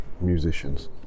musicians